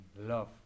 love